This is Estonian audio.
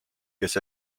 kes